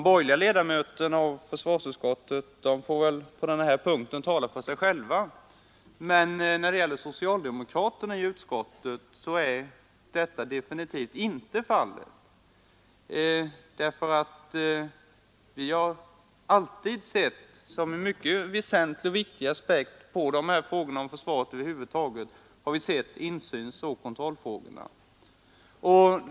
De borgerliga ledamöterna i försvarsutskottet får väl tala för sig själva på den här punkten Men för socialdemokraterna i utskottet är detta definitivt inte ett nytt intresseområde. Vi har alltid sett insynsoch kontrollfrågorna som en mycket väsentlig aspekt när det gäller försvaret över huvud taget.